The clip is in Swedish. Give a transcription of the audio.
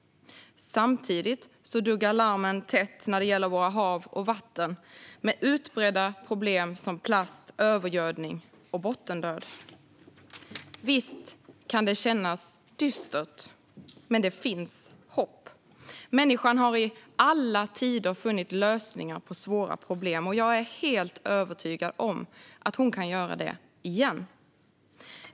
Samtidigt duggar ]armen tätt när det gäller våra hav och vatten, med utbredda problem med plast, övergödning och bottendöd. Visst kan det kännas dystert, men det finns hopp. Människan har i alla tider funnit lösningar på svåra problem. Jag är helt övertygad om att hon kan göra det igen.